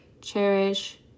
cherish